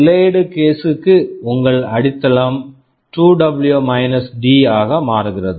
delayed case delayed case -க்கு உங்கள் அடித்தளம் two W minus D 2W - D ஆக மாறுகிறது